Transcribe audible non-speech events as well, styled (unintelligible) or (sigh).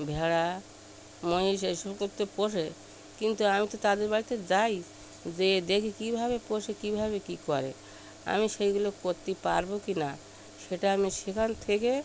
ভেড়া মহিষ এই সব (unintelligible) পোষে কিন্তু আমি তো তাদের বাড়িতে যাই যেয়ে দেখি কীভাবে পোষে কীভাবে কী করে আমি সেইগুলো করতে পারব কি না সেটা আমি সেখান থেকে